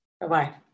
Bye-bye